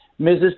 Mrs